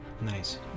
Nice